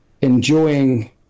enjoying